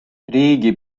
riigi